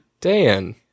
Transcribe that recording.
Dan